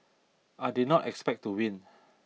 I did not expect to win